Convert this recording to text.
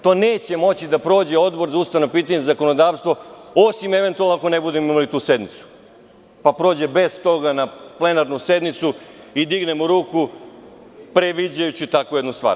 To neće moći da prođe Odbor za ustavna pitanja i zakonodavstvo, osim, eventualno ako ne budemo imali tu sednicu, pa prođe bez toga na plenarnu sednicu i dignemo ruku previđajući takvu jednu stvar.